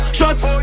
shots